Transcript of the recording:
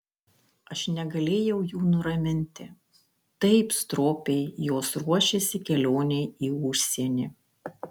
aš negalėjau jų nuraminti taip stropiai jos ruošėsi kelionei į užsienį